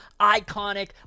Iconic